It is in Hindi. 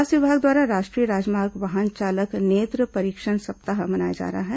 स्वास्थ्य विभाग द्वारा राष्ट्रीय राजमार्ग वाहन चालक नेत्र परीक्षण सप्ताह मनाया जा रहा है